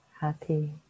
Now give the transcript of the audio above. happy